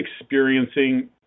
experiencing